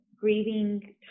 grieving